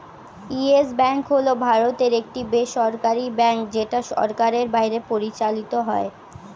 yes Bank হল ভারতের একটি বেসরকারী ব্যাঙ্ক যেটা সরকারের বাইরে পরিচালিত হয়